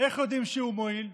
איך יודעים שהוא מועיל?